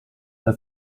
her